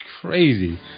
crazy